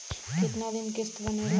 कितना दिन किस्त बनेला?